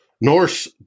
Norse